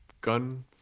gun